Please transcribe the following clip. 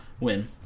Win